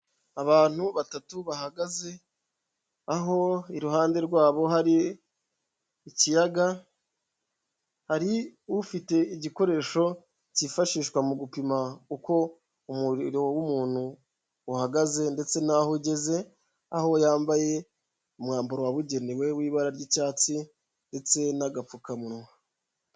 Abantu batatu bahagaze aho iruhande rwabo hari ikiyaga, hari ufite igikoresho cyifashishwa mu gupima uko umuriro w'umuntu uhagaze ndetse n'aho ugeze, aho yambaye umwambaro wabugenewe w'ibara ry'icyatsi ndetse n'agapfukamunwa.